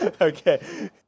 Okay